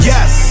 Yes